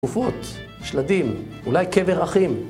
גופות, שלדים, אולי קבר אחים.